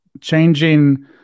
changing